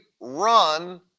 run